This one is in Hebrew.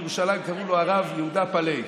היה יהודי בירושלים שקראו לו הרב יהודה פלאי.